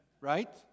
right